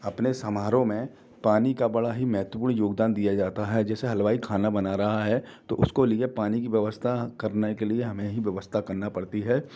अपने समारोह में पानी का बड़ा ही महत्वपूर्ण योगदान दिया जाता है जैसे हलवाई खाना बना रहा है तो उसके लिए पानी की व्यवस्था करने के लिए हमें ही व्यवस्था करनी पड़ती है